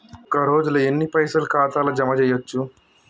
ఒక రోజుల ఎన్ని పైసల్ ఖాతా ల జమ చేయచ్చు?